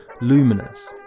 luminous